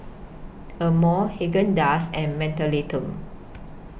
Amore Haagen Dazs and Mentholatum